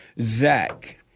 Zach